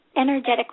energetically